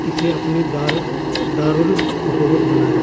اسے اپنی دار دارلحکومت بنایا